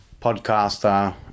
podcaster